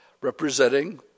representing